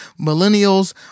millennials